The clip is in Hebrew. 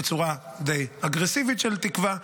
בצורה די אגרסיבית של תקווה,